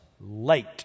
late